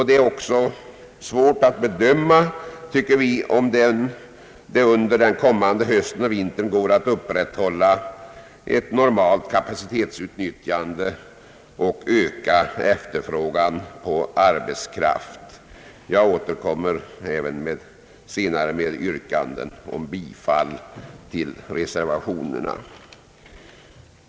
Det är också svårt att bedöma, tycker vi, om det under den kommande hösten och vintern går att upprätthålla ett normalt kapacitetsutnyttjande och ökad efterfrågan på arbetskraft. Jag återkommer senare med yrkanden om bifall till reservationerna.